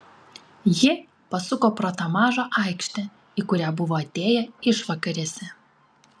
ji pasuko pro tą mažą aikštę į kurią buvo atėję išvakarėse